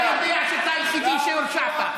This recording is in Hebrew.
איך אתה יודע שאתה היחידי שהורשעת?